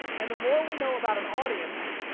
and the more we know about an audience,